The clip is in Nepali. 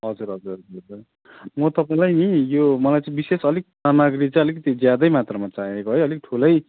हजुर हजुर हजुर म तपाईँलाई नि यो मलाई चाहिँ विशेष अलिक सामग्री चाहिँ अलिक ज्यादै मात्रामा चाहिएको है अलिक ठुलै